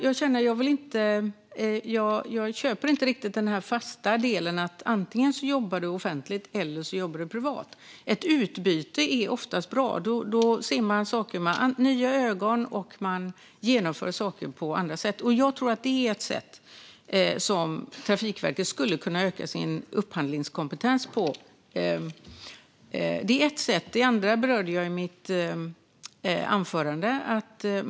Jag köper inte riktigt den här fasta delen om att man jobbar antingen offentligt eller privat. Ett utbyte är oftast bra; då ser man saker med nya ögon och genomför saker på andra sätt. Jag tror att Trafikverket på det sättet skulle kunna öka sin upphandlingskompetens. Ett annat sätt berörde jag i mitt anförande.